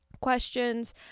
questions